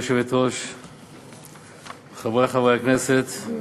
חברי הכנסת,